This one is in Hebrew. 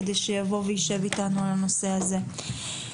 כדי שיבוא ויישב איתנו הנושא הזה.